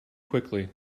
quickly